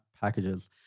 packages